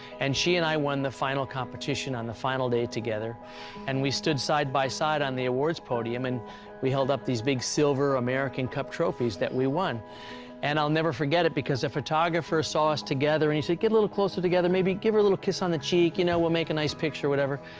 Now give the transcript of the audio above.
and she and i won the final competition on the final day together and we stood side by side on the awards podium and we held up these big silver american cup trophies that we won and i'll never forget it because a photographer saw us together and he said, get a little closer together, maybe give her a little kiss on the cheek, it you know will make a nice picture, whatever.